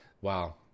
Wow